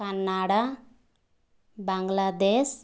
Canada Bangladesh